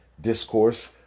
discourse